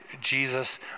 Jesus